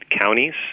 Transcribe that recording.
counties